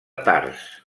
tars